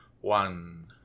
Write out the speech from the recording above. One